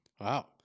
Wow